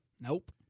Nope